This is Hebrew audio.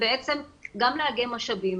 בעצם גם לאגם משאבים